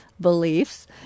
beliefs